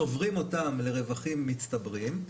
צוברים אותם לרווחים מצטברים.